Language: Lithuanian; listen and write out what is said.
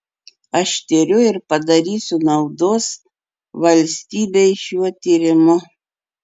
aš tiriu ir padarysiu naudos valstybei šiuo tyrimu